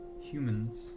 humans